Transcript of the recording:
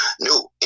new